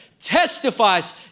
testifies